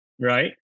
Right